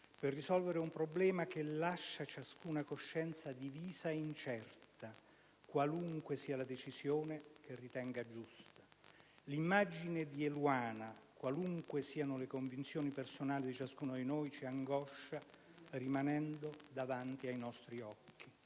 per risolvere un problema che lascia ciascuna coscienza divisa e incerta, qualunque sia la decisione che ritenga giusta. L'immagine di Eluana, qualunque siano le convinzioni personali di ciascuno di noi, ci angoscia rimanendo davanti a nostri occhi.